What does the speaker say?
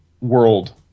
world